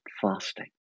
fasting